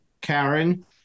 Karen